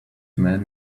man